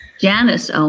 Janice